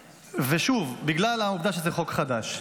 שוב, בגלל העובדה שזה חוק חדש.